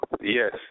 Yes